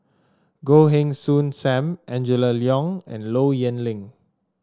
Goh Heng Soon Sam Angela Liong and Low Yen Ling